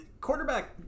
quarterback